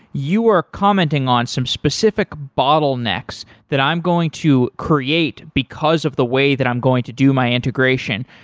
you are commenting on some specific bottlenecks that i'm going to create, because of the way that i'm going to do my integration.